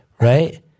right